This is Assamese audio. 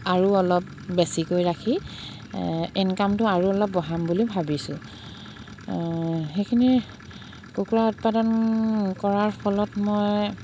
আৰু অলপ বেছিকৈ ৰাখি ইনকামটো আৰু অলপ বঢ়াম বুলি ভাবিছোঁ সেইখিনি কুকুৰা উৎপাদন কৰাৰ ফলত মই